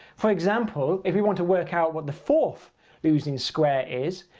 for example, if we want to work out what the fourth losing square is,